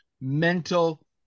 mental